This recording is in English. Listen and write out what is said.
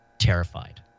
terrified